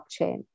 blockchain